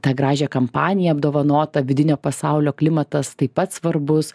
tą gražią kampaniją apdovanotą vidinio pasaulio klimatas taip pat svarbus